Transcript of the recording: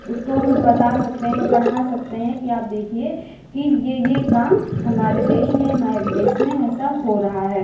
उसको हम बता सकते हैं पढ़ा सकते हैं कि आप देखिए कि ये ये काम हमारे देश में हमारे विदेश में ऐसा हो रहा है